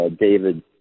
David